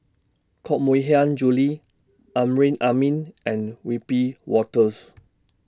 Koh Mui Hiang Julie Amrin Amin and Wiebe Wolters